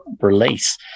release